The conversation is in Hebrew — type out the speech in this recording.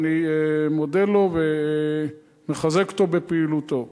ואני מודה לו ומחזק אותו בפעילותו.